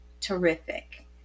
terrific